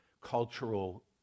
cultural